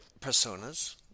personas